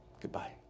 goodbye